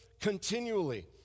continually